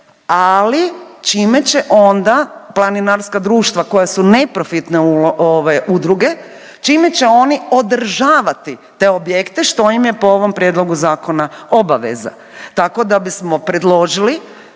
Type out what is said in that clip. ali čime će onda planinarska društva koja su neprofitne udruge, čime će oni održavati te objekte što im je po ovom prijedlogu zakona obaveza. Tako da bismo predložili